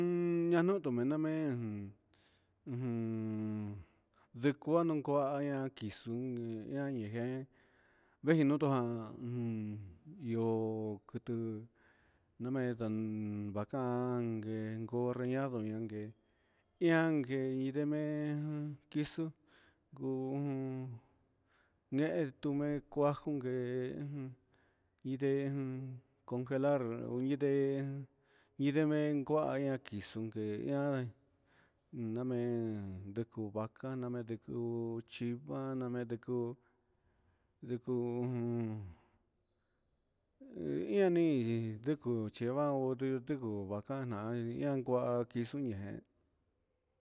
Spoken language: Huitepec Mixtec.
Un ñanutu menamen ujun niko ndokuaña kixungue ñanijen, vee inutu jan ummm ihó kutu namendán vakan ken ngo reñado yanngeu inan gue ngu kixuu, ngu un chetumen kuá njunguen, iden conjelar ho iden, idenme kuaña kixuu ngueña un ndamen ndekuu vakana me'en ndekuu, chuchí vaname ndekuu, ndekuu jun un ndiamii hu ndikucheó ondu vakana an ndiankuá kixuñe'é.